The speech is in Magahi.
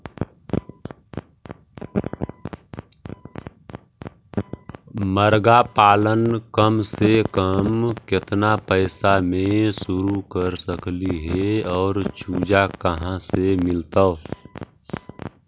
मरगा पालन कम से कम केतना पैसा में शुरू कर सकली हे और चुजा कहा से मिलतै?